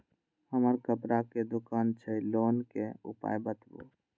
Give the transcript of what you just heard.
हमर कपड़ा के दुकान छै लोन के उपाय बताबू?